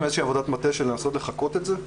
איזושהי עבודת מטה כדי לנסות לחקות את זה.